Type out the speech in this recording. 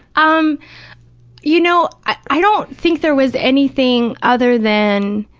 um you know, i don't think there was anything other than,